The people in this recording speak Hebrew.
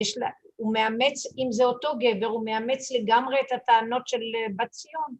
‫הוא מאמץ, אם זה אותו גבר, ‫הוא מאמץ לגמרי את הטענות של בת ציון.